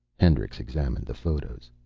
hendricks examined the photos.